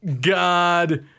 God